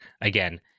Again